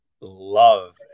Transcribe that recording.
love